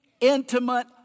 intimate